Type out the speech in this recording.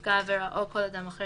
נפגע העבירה או כל אדם אחר